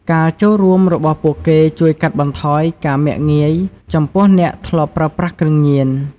ការចូលរួមរបស់ពួកគេជួយកាត់បន្ថយការមាក់ងាយ ចំពោះអ្នកធ្លាប់ប្រើប្រាស់គ្រឿងញៀន។